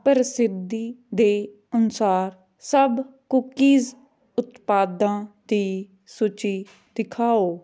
ਪ੍ਰਸਿੱਧੀ ਦੇ ਅਨੁਸਾਰ ਸਭ ਕੂਕੀਜ਼ ਉਤਪਾਦਾਂ ਦੀ ਸੂਚੀ ਦਿਖਾਓ